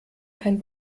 kein